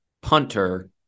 punter